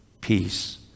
peace